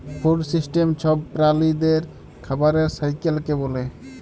food system ছব প্রালিদের খাবারের সাইকেলকে ব্যলে